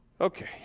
Okay